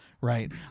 right